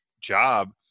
job